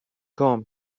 گام